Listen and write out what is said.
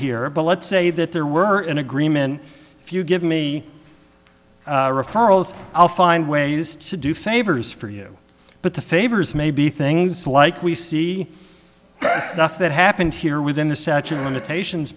here but let's say that there were an agreement if you give me referrals i'll find ways to do favors for you but the favors may be things like we see nothing happened here within the statute of limitations